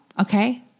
Okay